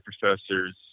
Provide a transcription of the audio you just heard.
professors